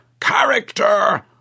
Character